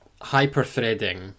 hyper-threading